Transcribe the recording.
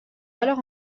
alors